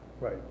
Right